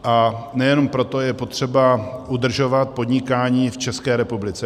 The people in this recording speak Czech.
A nejenom proto je potřeba udržovat podnikání v České republice.